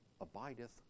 abideth